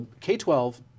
K-12